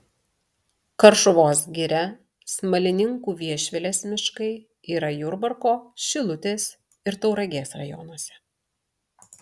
karšuvos giria smalininkų viešvilės miškai yra jurbarko šilutės ir tauragės rajonuose